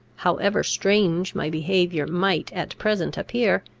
however strange my behaviour might at present appear,